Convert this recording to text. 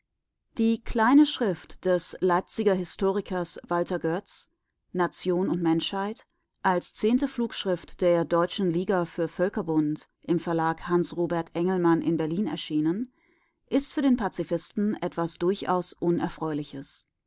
die kleine schrift des leipziger historikers walter goetz nation und menschheit als zehnte flugschrift der deutschen liga für völkerbund im verlag hans robert engelmann in berlin erschienen ist für den pazifisten etwas durchaus unerfreuliches